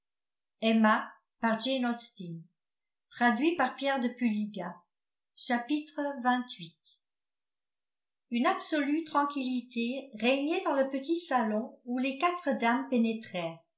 une absolue tranquillité régnait dans le petit salon où les quatre dames